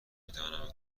میتوانم